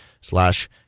slash